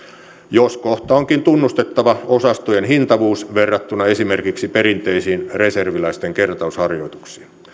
jos kohta onkin tunnustettava osastojen hintavuus verrattuna esimerkiksi perinteisiin reserviläisten kertausharjoituksiin